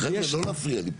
חבר'ה, לא להפריע לי.